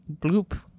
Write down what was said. bloop